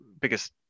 biggest